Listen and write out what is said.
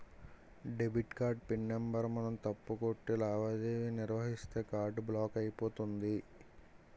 debit card pin number మనం తప్పు కొట్టి లావాదేవీ నిర్వహిస్తే కార్డు బ్లాక్ అయిపోతుంది